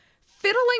fiddling